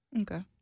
Okay